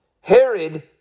herod